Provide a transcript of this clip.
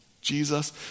Jesus